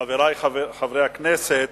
חברי חברי הכנסת,